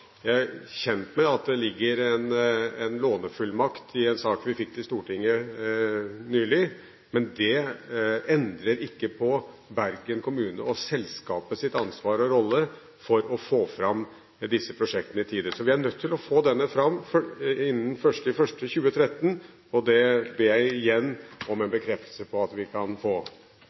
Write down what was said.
Jeg er kjent med at det foreligger en lånefullmakt i en sak vi fikk til Stortinget nylig, men det endrer ikke på Bergen kommunes og selskapets ansvar og rolle for å få fram disse prosjektene i tide. Vi er nødt til å få denne fram innen 1. januar 2013, og det ber jeg igjen om en bekreftelse på at vi kan få.